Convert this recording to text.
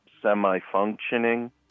Semi-functioning